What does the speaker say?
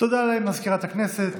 תודה למזכירת הכנסת.